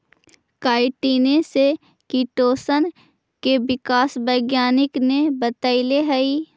काईटिने से किटोशन के विकास वैज्ञानिक ने बतैले हई